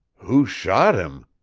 who shot him?